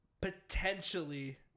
Potentially